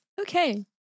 Okay